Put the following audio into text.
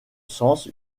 sens